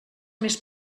més